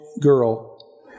girl